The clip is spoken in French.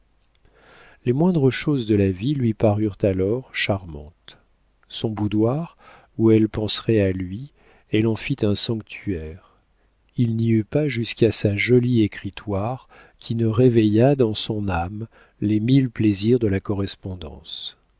les moindres choses de la vie lui parurent alors charmantes son boudoir où elle penserait à lui elle en fit un sanctuaire il n'y eut pas jusqu'à sa jolie écritoire qui ne réveillât dans son âme les mille plaisirs de la correspondance